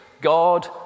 God